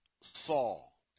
Saul